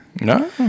No